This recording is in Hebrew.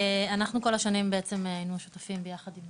אנחנו כל השנים, בעצם, היינו שותפים ביחד עם